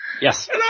Yes